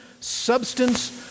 substance